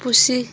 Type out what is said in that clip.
ᱯᱩᱥᱤ